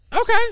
Okay